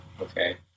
okay